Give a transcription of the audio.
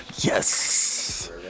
Yes